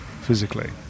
physically